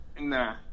Nah